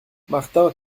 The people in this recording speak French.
martin